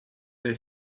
they